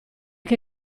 che